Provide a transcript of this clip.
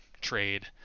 trade